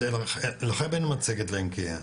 לכם אין מצגת לעין קנייא,